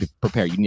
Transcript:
prepare